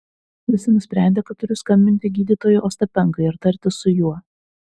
visi nusprendė kad turiu skambinti gydytojui ostapenkai ir tartis su juo